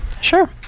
Sure